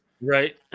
Right